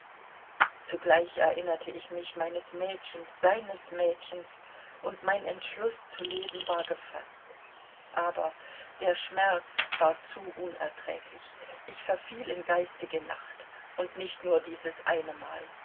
zugleich erinnerte ich mich meines mädchens seines mädchens und mein entschluß zu leben war gefaßt aber der schmerz war zu unerträglich ich verfiel in geistige nacht und nicht nur dieses eine mal